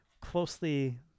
closely